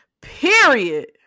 Period